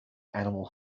animal